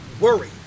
worry